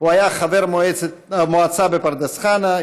הוא היה חבר המועצה בפרדס חנה,